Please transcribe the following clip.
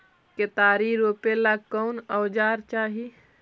केतारी रोपेला कौन औजर चाही?